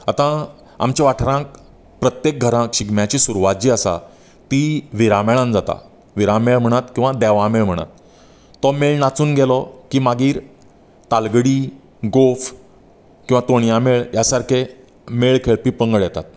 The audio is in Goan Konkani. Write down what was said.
आतां आमच्या वाठारांत प्रत्येक घरांत शिगम्याची सुरवात जी आसा ती विरामेळांत जाता विरामेळ म्हणात किंवा देवामेळ म्हणात तो मेळ नाचून गेलो की मागीर तालगडी गोफ किंवा तोणया मेळ ह्या सारके मेळ खेळपी पंगड येतात